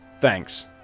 Thanks